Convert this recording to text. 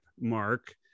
Mark